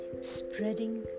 Spreading